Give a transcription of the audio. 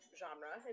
genre